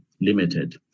limited